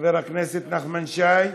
חבר הכנסת נחמן שי.